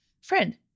friend